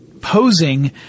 posing